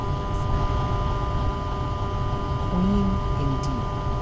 ah queen queen indeed,